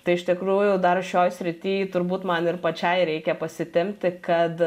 tai iš tikrųjų dar šioj srity turbūt man ir pačiai reikia pasitempti kad